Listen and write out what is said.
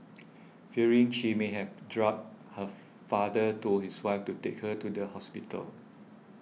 fearing she may have been drugged her father told his wife to take her to the hospital